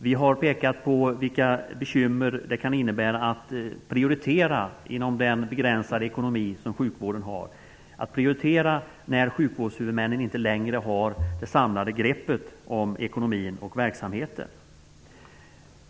Vi har pekat på bekymren med att prioritera den begränsade ekonomi som sjukvården har -- att prioritera när sjukvårdshuvudmännen inte längre har det samlade greppet om ekonomin och verksamheten.